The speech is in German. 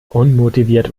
unmotiviert